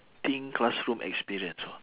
~ting classroom experience